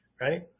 right